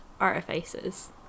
Artifices